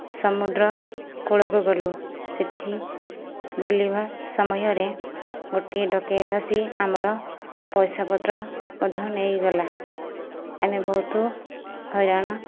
ସମୁଦ୍ର କୂଳକୁ ଗଲୁ ସେଇଠି ବୁଲିବା ସମୟରେ ଗୋଟିଏ ଡକାୟତ ଆସି ଆମର ପଇସା ପତ୍ର ମଧ୍ୟ ନେଇଗଲା ଆମେ ବହୁତ ହଇରାଣ